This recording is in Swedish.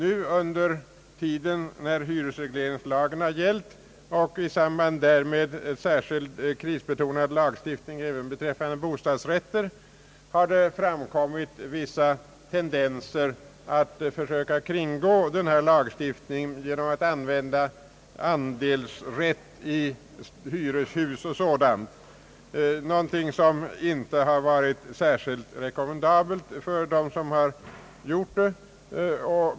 Under tiden som hyresregleringslagen och i samband därmed en särskild krisbetonad lagstiftning beträffande bostadsrätter gällt har framkommit vissa tendenser att söka kringgå denna lagstiftning genom användande av andelsrätt i hyreshus och sådant, någonting som inte har varit särskilt rekommendabelt för dem som tillämpat det.